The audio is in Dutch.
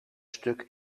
stuk